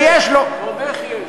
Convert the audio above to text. יש, יש, ועוד איך יש.